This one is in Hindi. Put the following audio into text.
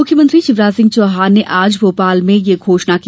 मुख्यमंत्री शिवराज सिंह चौहान ने आज भोपाल में यह घोषणा की